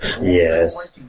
yes